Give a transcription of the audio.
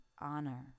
honor